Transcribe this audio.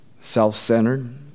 self-centered